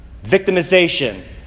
Victimization